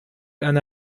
أنا